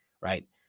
right